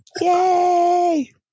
Yay